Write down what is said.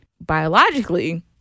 biologically